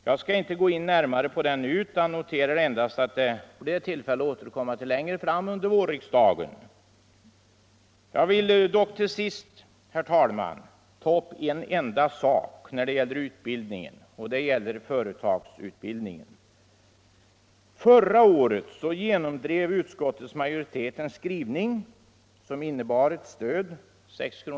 Jag skall inte gå närmare in på den nu utan noterar endast att det blir tillfälle att återkomma till den senare under vårriksdagen. Jag vill till sist, herr talman, ta upp en speciell utbildningsfråga, nämligen företagsutbildningen. Förra året genomdrev utskottets majoritet en skrivning som innebar, att stöd om 6 kr.